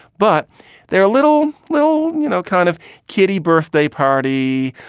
but there are a little little, you know, kind of kitty birthday party,